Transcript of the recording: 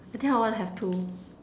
I think I wanna have two